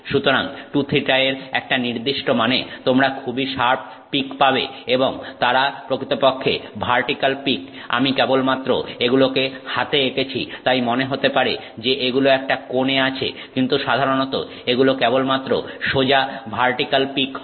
সুতরাং 2θ এর একটা নির্দিষ্ট মানে তোমরা খুবই শার্প পিক পাবে এবং তারা প্রকৃতপক্ষে ভার্টিক্যাল পিক আমি কেবলমাত্র এগুলোকে হাতে এঁকেছি তাই মনে হতে পারে যে এগুলো একটা কোণে আছে কিন্তু সাধারণত এগুলো কেবলমাত্র সোজা ভার্টিক্যাল পিক হয়